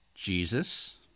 Jesus